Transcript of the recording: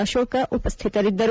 ಅಶೋಕ್ ಉಪಸ್ಥಿತರಿದ್ದರು